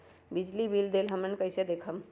बिजली बिल देल हमन कईसे देखब?